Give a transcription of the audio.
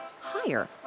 higher